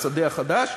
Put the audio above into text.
השדה החדש,